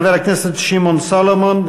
חבר הכנסת שמעון סולומון,